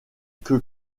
que